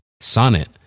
Sonnet